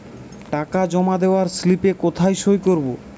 টাকা জমা দেওয়ার স্লিপে কোথায় সই করব?